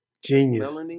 Genius